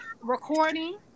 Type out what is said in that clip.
recording